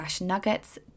nuggets